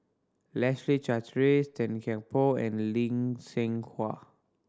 Leslie Charteris Tan Kian Por and Lee Seng Huat